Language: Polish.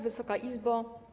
Wysoka Izbo!